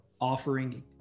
offering